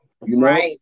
right